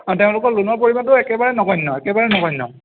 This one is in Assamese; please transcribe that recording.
অঁ তেওঁলোকৰ লোণৰ পৰিমাণটো একেবাৰে নগন্য একেবাৰে নগন্য